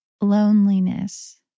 Loneliness